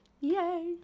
yay